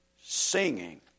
singing